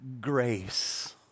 Grace